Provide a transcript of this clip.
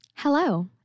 Hello